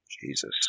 Jesus